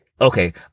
okay